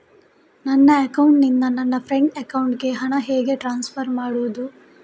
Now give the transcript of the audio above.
ನನ್ನ ಅಕೌಂಟಿನಿಂದ ನನ್ನ ಫ್ರೆಂಡ್ ಅಕೌಂಟಿಗೆ ಹಣ ಹೇಗೆ ಟ್ರಾನ್ಸ್ಫರ್ ಮಾಡುವುದು?